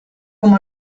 com